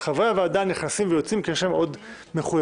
חברי הוועדה נכנסים ויוצאים כי יש להם עוד מחויבויות.